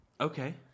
Okay